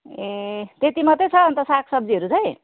ए त्यति मात्रै छ अन्त सागसब्जीहरू चाहिँ